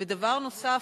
ודבר נוסף,